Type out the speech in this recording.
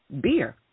beer